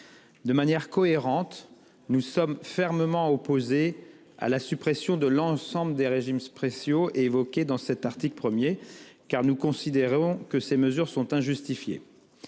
De manière cohérente, nous sommes fermement opposés à la suppression de l'ensemble des régimes spéciaux évoqués dans cet article 1, car nous considérons que ces mesures sont injustifiées.